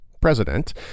president